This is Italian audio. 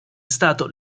stato